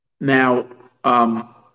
Now